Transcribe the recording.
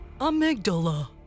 amygdala